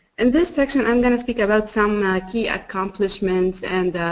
and this section i'm going to speak about some key accomplishments and